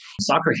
Soccer